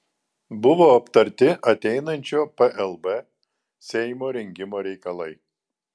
buvo aptarti ateinančio plb seimo rengimo reikalai